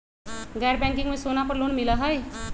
गैर बैंकिंग में सोना पर लोन मिलहई?